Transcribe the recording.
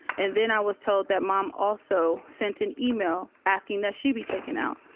and then i was told that mom also sent an email asking that she be taken out,